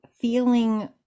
feeling